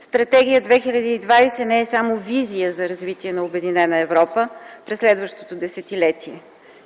Стратегия 2020 не е само визия за развитие на Обединена Европа през следващото десетилетие.